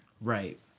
Right